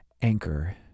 Anchor